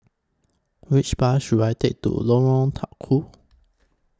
Which Bus should I Take to Lorong Tukol